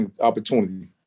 opportunity